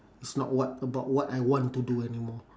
is not what about what I want to do anymore